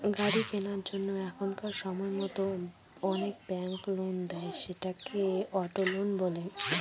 গাড়ি কেনার জন্য এখনকার সময়তো অনেক ব্যাঙ্ক লোন দেয়, সেটাকে অটো লোন বলে